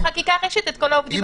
החקיקה הראשית את כל העובדים החיוניים.